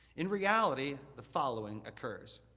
in reality, the following occurs,